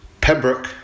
Pembroke